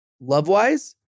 love-wise